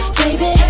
baby